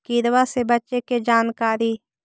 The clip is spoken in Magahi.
किड़बा से बचे के जानकारी?